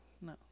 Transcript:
no